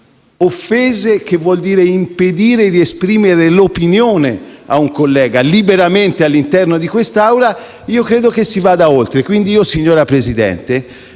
che vuol dire impedire di esprimere l'opinione a un collega liberamente all'interno di questa Assemblea, si va oltre. Quindi, signor Presidente,